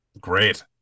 Great